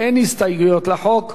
אין הסתייגויות לחוק.